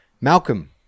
malcolm